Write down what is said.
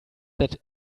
that